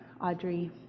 Audrey